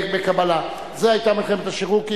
זה היה מלחמת השחרור.